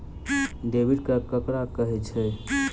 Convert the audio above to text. Debit card ककरा कहै छै?